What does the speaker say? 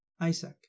Isaac